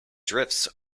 drifts